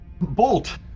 Bolt